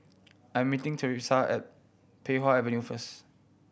I'm meeting Thresa at Pei Wah Avenue first